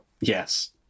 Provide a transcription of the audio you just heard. Yes